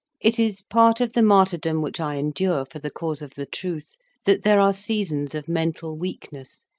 it is part of the martyrdom which i endure for the cause of the truth that there are seasons of mental weakness,